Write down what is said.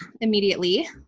immediately